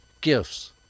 gifts